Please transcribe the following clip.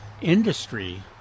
industry